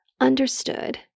understood